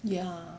ya